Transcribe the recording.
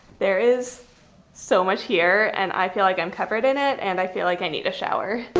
there is so much here and i feel like i'm covered in it and i feel like i need a shower.